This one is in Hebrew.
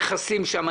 עם הנכסים שם,